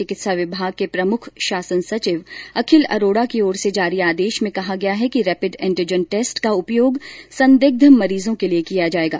चिकित्सा विभाग के प्रमुख शासन सचिव अखिल अरोडा की ओर से जारी आदेश में कहा गया है कि रेपिड एन्टीजन टेस्ट का उपयोग संदिग्ध मरीजों के लिए किया जाएगा